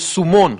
יישומון